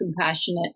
compassionate